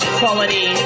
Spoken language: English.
quality